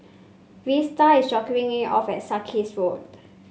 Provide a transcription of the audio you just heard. Vester is dropping me off at Sarkies Road